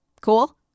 cool